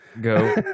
Go